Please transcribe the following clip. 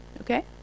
Okay